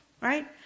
right